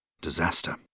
disaster